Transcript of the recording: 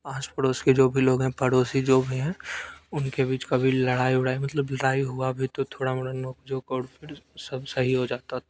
आस पड़ोस के जो भी लोग हैं पड़ोसी जो भी हैं उनके बीच कभी लड़ाई उड़ाई मतलब लड़ाई हुआ भी तो थोड़ा मोड़ा नोक झोंक और फिर सब सही हो जाता था